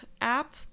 app